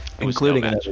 Including